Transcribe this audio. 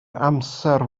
amser